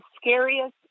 scariest